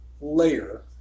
layer